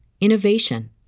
innovation